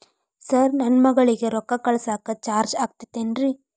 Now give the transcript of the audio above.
Sir ನನ್ನ ಮಗಳಗಿ ರೊಕ್ಕ ಕಳಿಸಾಕ್ ಚಾರ್ಜ್ ಆಗತೈತೇನ್ರಿ?